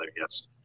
Yes